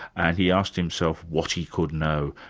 and he asked himself what he could know.